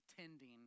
tending